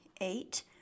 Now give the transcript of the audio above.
Eight